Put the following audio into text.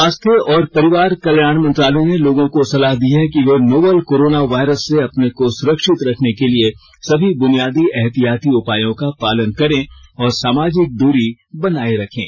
स्वास्थ्य और परिवार कल्याण मंत्रालय ने लोगों को सलाह दी है कि वे नोवल कोरोना वायरस से अपने को सुरक्षित रखने के लिए सभी बुनियादी एहतियाती उपायों का पालन करें और सामाजिक दूरी बनाए रखें